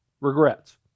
Regrets